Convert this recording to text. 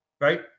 right